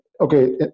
okay